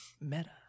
Meta